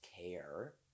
care